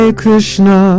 Krishna